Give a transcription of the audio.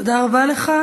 תודה רבה לך.